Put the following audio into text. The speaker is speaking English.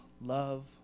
love